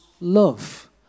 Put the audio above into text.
love